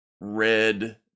red